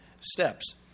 steps